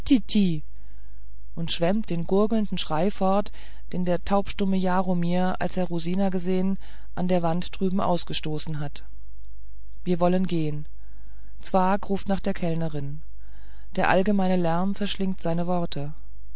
und schwemmt den gurgelnden schrei fort den der taubstumme jaromir als er rosina gesehen an der wand drüben ausgestoßen hat wir wollen gehen zwakh ruft nach der kellnerin der allgemeine lärm verschlingt seine worte